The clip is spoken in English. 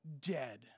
dead